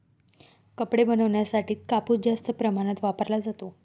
कपडे बनवण्यासाठी कापूस जास्त प्रमाणात वापरला जातो